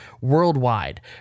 worldwide